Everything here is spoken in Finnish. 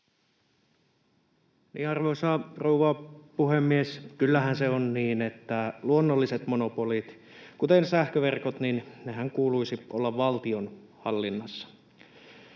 Arvoisa rouva puhemies! Kyllähän se on niin, että luonnollisten monopolien, kuten sähköverkkojen, kuuluisi olla valtion hallinnassa,